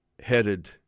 headed